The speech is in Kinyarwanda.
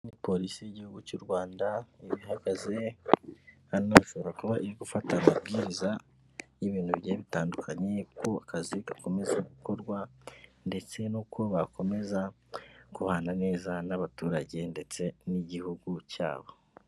Ni polisi y'igihugu cy'u Rwanda iba ihagaze, hano ishobora kuba iri gufata amabwiriza y'ibintu bigiye bitandukanye ku kazi gakomeza gukorwa ndetse n'uko bakomeza gubana neza n'abaturage ndetse n'igihugu cyabo.